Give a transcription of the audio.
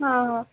हां हां